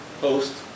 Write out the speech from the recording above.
post